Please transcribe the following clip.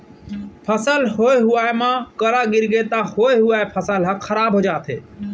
फसल होए हुवाए म करा गिरगे त होए हुवाए फसल ह खराब हो जाथे